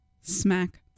Smack